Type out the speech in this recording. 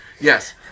Yes